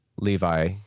Levi